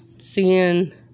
seeing